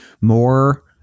more